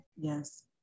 Yes